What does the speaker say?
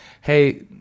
hey